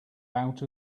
out